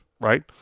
right